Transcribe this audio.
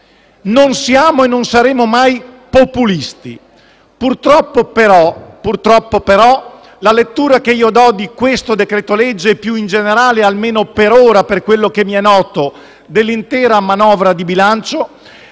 non siamo e non saremo mai populisti. Purtroppo la lettura che io do di questo decreto-legge e, più in generale, almeno per ora, per quello che mi è noto, dell'intera manovra di bilancio,